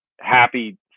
happy